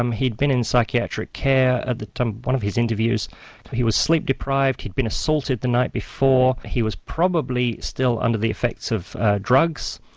um he'd been in psychiatric care. at um one of his interviews he was sleep-deprived, he'd been assaulted the night before he was probably still under the effects of drugs,